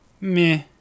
meh